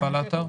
נפל האתר?